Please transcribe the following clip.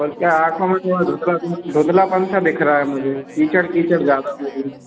पर क्या आँखों में थोड़ा धुंधला धुंधलापन सा दिख रहा है मुझे कीचड़ कीचड़ ज़्यादा लग रही है